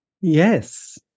Yes